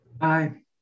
Aye